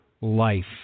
life